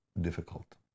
difficult